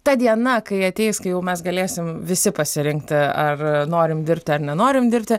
ta diena kai ateis kai jau mes galėsim visi pasirinkti ar norim dirbti ar nenorim dirbti